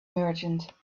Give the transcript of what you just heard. merchant